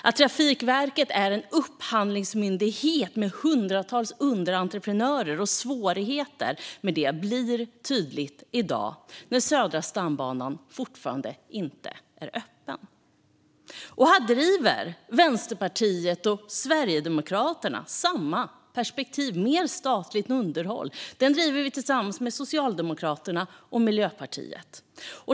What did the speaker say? Att Trafikverket är en upphandlingsmyndighet med hundratals underentreprenörer och de svårigheter detta medför blir tydligt i dag, när Södra stambanan fortfarande inte är öppen. Här driver Vänsterpartiet och Sverigedemokraterna samma perspektiv: mer statligt underhåll. Detta driver vi tillsammans med Socialdemokraterna och Miljöpartiet.